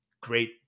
great